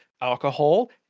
alcohol